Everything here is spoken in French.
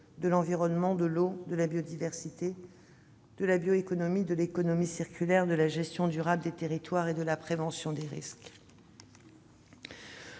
de l'environnement, de l'eau, de la biodiversité, de la bioéconomie, de l'économie circulaire, de la gestion durable des territoires et de la prévention des risques.